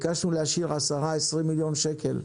שקלים, ביקשנו להשאיר 10 20 מיליון שקל,